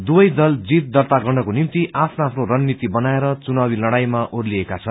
दुवै दल जीत दर्ता गर्नको निम्ति आफ्नो आफ्नो रणनीति बनाएर चुनाव लड़ाईमा जुटेका छन्